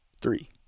Three